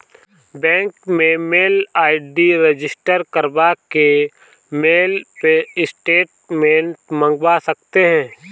bank में mail ID register करवा के मेल पे स्टेटमेंट मंगवा सकते है